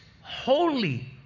holy